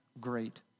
great